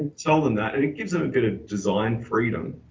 tell them that and it gives them a bit of design freedom.